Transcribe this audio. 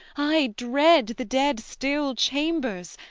aye, dread the dead still chambers,